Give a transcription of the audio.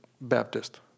Baptist